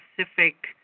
specific